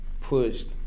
pushed